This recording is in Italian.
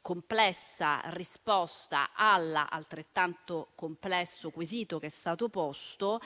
complessa risposta all'altrettanto complesso quesito che è stato posto,